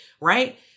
Right